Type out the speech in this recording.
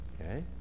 Okay